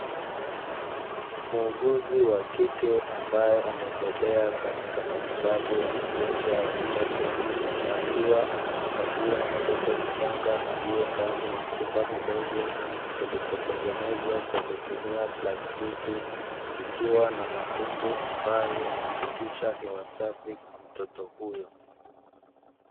Muuguzi wa kike ambae amebobea katika matibabu ya magonjwa ya watoto, akiwa anamkagua mtoto mchanga aliye ndani ya chumba kidogo kilichotengenezwa kwa kutumia plastiki, kikiwa na matundu ambayo yanayopitisha hewa safi kwa mtoto huyo.